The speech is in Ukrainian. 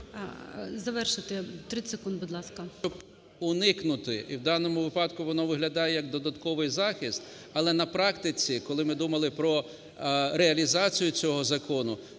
Завершуйте, 30 секунд, будь ласка.